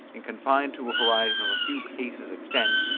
and confined to a horizon of a few paces extent,